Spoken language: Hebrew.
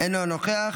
אינו נוכח,